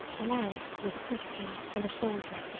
alaric was a christian and a soldier,